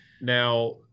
Now